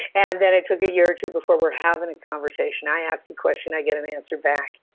and then, it took a year or two before we're having a conversation. i ask a question, i get an answer back.